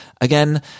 Again